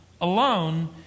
alone